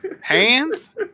Hands